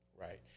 Right